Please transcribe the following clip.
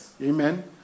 amen